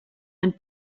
and